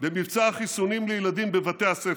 במבצע החיסונים לילדים בבתי הספר.